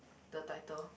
the title